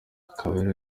kabera